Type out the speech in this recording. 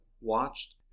watched